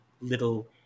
little